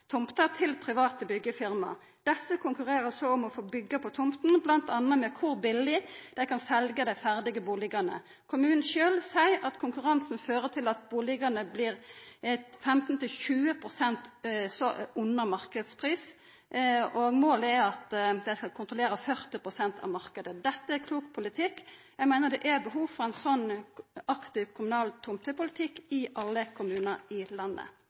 tomter til private byggjefirma. Desse konkurrerer så om å få byggja på tomta, bl.a. om kor billig dei kan selja dei ferdige bustadene. Kommunen sjølv seier at konkurransen fører til at bustadene ligg 15–20 pst. under marknadspris. Målet er at dei skal kontrollera 40 pst. av marknaden. Dette er klok politikk. Eg meiner det er behov for ein slik aktiv kommunal tomtepolitikk i alle kommunar i landet.